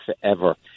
forever